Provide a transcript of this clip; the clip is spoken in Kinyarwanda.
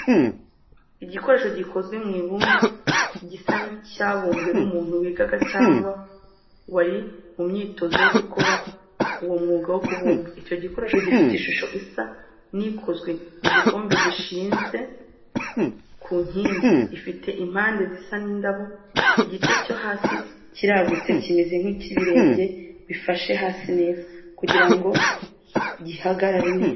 Igikoresho gikozwe mu ibumba, gisa n'icyabumbwe n'umuntu wigaga cyangwa wari mu myitozo yo gukora uwo mwuga wo kubumba. Icyo gikoresho gifite ishusho isa n'ikozwe mu gikombe gishinze ku nkingi, ifite impande zisa n'indabo. Igice cyo hasi kiragutse, kimeze nk'ibirenge bifashe hasi neza, kugira ngo gihagarare neza.